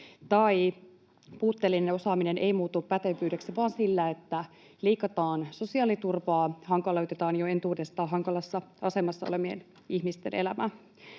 tai puutteellinen osaaminen ei muutu pätevyydeksi vain sillä, että leikataan sosiaaliturvaa, hankaloitetaan jo entuudestaan hankalassa asemassa olevien ihmisten elämää.